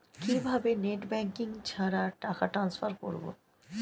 কিভাবে net banking ছাড়া টাকা টান্সফার করব?